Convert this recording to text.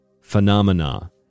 phenomena